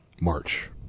March –